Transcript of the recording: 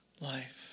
life